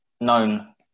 Known